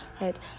right